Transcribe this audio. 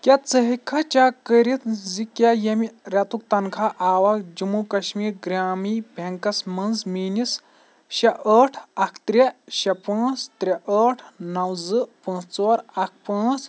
کیٛاہ ژٕ ہیٚکِکھا چیک کٔرِتھ زِ کیٛاہ ییٚمہِ رٮ۪تُک تنخواہ آوا جموں کشمیٖر گرٛامی بیٚنٛکس منٛز میٛٲنِس شےٚ ٲٹھ اَکھ ترٛےٚ شےٚ پانٛژ ترٛےٚ ٲٹھ نو زٕ پانٛژ ژور اَکھ پانٛژ